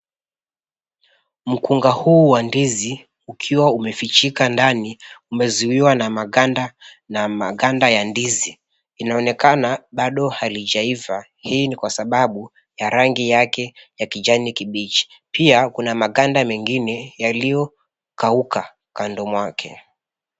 Mkunga huu wa ndizi ukiwa umefichika ndani umezuiwa na maganda ya ndizi. Inaonekana bado halijaiva. Hii ni kwa sababu ya rangi yake ya kijani kibichi. Pia kuna maganda mengine yaliyokauka kando mwake.